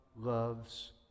loves